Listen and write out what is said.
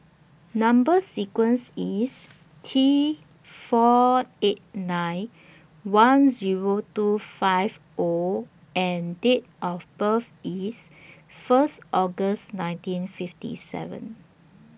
Number sequence IS T four eight nine one Zero two five O and Date of birth IS First August nineteen fifty seven